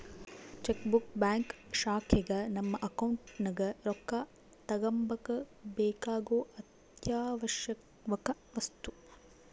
check book bank ಶಾಖೆಗ ನಮ್ಮ account ನಗ ರೊಕ್ಕ ತಗಂಬಕ ಬೇಕಾಗೊ ಅತ್ಯಾವಶ್ಯವಕ ವಸ್ತು